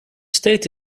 state